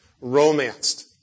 romanced